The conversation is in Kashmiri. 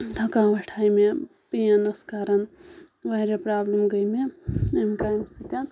تھَکاوَٹ آیہِ مےٚ پین ٲس کَران واریاہ پرابلِم گٔیہِ مےٚ امہِ کامہِ سۭتۍ